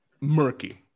murky